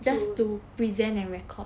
to